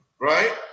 Right